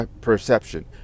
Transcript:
perception